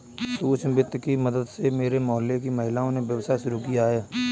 सूक्ष्म वित्त की मदद से मेरे मोहल्ले की महिलाओं ने व्यवसाय शुरू किया है